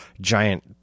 giant